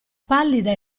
pallida